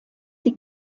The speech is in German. die